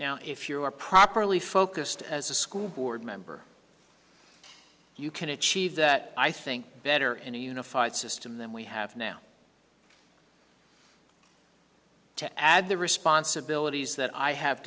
now if you are properly focused as a school board member you can achieve that i think better in a unified system than we have now to add the responsibilities that i have